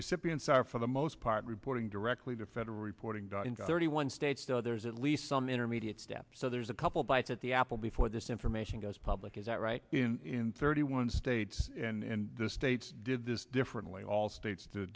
recipients are for the most part reporting directly to federal reporting thirty one states though there's at least some intermediate steps so there's a couple bites at the apple before this information goes public is that right in thirty one states and the states did this differently all states d